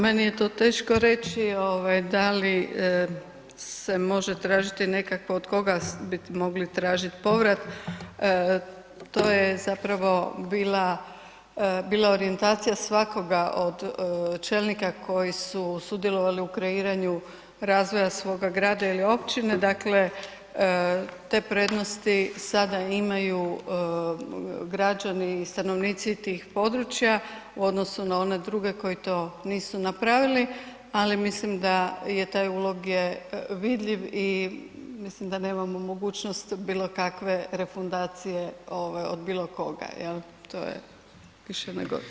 Ha, meni je to teško reći i ovaj da li se može tražiti nekako, od koga bi mogli tražiti povrat, to je zapravo bila orijentacija svakoga od čelnika koji su sudjelovali u kreiranju razvoja svoga grada ili općine, dakle, te prednosti sada imaju građani, stanovnici tih područja u odnosu na one druge koji to nisu napravili, ali mislim da je taj ulog je vidljiv i mislim da nemamo mogućnost bilo kakve refundacije od bilo koga, jel, to je više nego.